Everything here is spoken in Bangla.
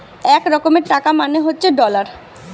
এক রকমের টাকা মানে হচ্ছে ডলার